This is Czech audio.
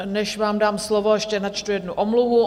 Než vám dám slovo, ještě načtu jednu omluvu.